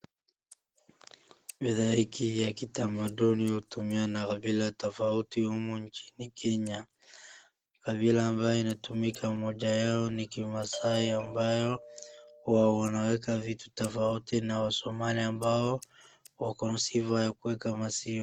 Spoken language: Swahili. Bidhaa hiki cha kitamaduni hutumika na mila tofauti humu nchini Kenya, kabila ambayo inatumika moja yao ni kimaasaia ambayo huwa wanaweka vitu tofauti na wasomalia ambao wako na sifa ya kuweka maziwa.